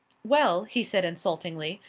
well, he said insultingly,